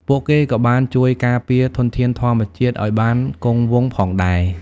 ពួកគេក៏បានជួយការពារធនធានធម្មជាតិឱ្យបានគង់វង្សផងដែរ។